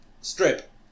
strip